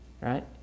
Right